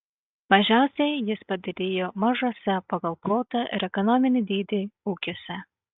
mažiausiai jis padidėjo mažuose pagal plotą ir ekonominį dydį ūkiuose